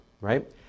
right